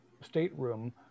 stateroom